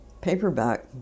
paperback